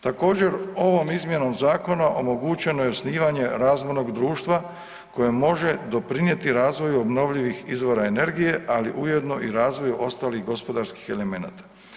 Također, ovom izmjenom zakona omogućeno je osnivanje razvojnog društva koje može doprinijeti razvoju obnovljivih izvora energije, ali ujedno i razvoju ostalih gospodarskih elemenata.